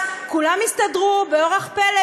כולם הסתדרו באורח פלא.